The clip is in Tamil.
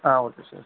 ah okay sir